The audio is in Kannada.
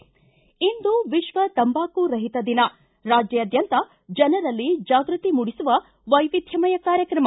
ಿ ಇಂದು ವಿಶ್ವ ತಂಬಾಕು ರಹಿತ ದಿನ ರಾಜ್ಯಾದ್ಯಂತ ಜನರಲ್ಲಿ ಜಾಗೃತಿ ಮೂಡಿಸುವ ವೈವಿಧ್ವಮಯ ಕಾರ್ಯಕ್ರಮ